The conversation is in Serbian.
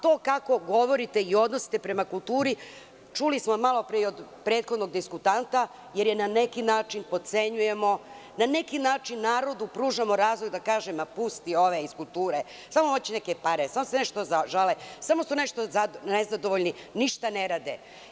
To kako govorite i odnosite se prema kulturi, čuli smo malo pre i od prethodnog diskutanta, jer je na neki način potcenjujemo, pružamo narodu razlog da kaže – ma, pusti ove iz kulture, samo hoće neke pare, samo se nešto žale, stalno su nešto nezadovoljni, ništa ne rade.